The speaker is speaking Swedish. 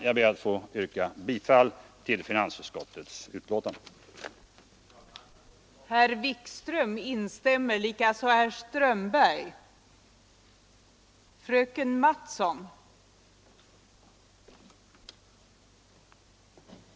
Jag ber att få yrka bifall till utskottets hemställan i finansutskottets betänkande nr 25.